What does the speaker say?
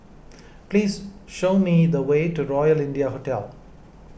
please show me the way to Royal India Hotel